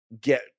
get